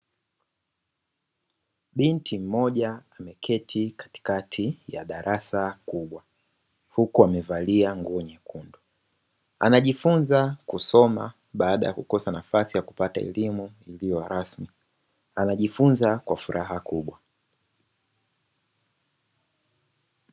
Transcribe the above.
Binti mmoja ameketi katikati ya darasa kubwa, huku amevalia nguo nyekundu. Anajifunza kusoma baada ya kukosa nafasi ya kupata elimu iliyo rasmi, anajifunza kwa furaha kubwa.